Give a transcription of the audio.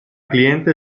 cliente